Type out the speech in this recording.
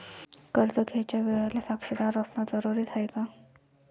कर्ज घ्यायच्या वेळेले साक्षीदार असनं जरुरीच हाय का?